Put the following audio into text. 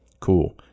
cool